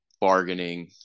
bargaining